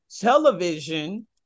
television